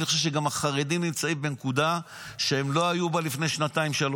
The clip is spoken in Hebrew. אני חושב שגם החרדים נמצאים בנקודה שהם לא היו בה לפני שנתיים-שלוש.